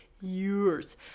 years